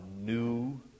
new